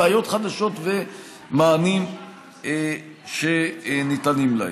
בעיות חדשות ומענים שניתנים להם.